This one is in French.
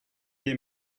des